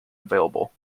available